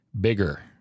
bigger